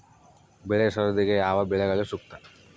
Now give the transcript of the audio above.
ಬೆಳೆ ಸರದಿಗೆ ಯಾವ ಬೆಳೆಗಳು ಸೂಕ್ತ?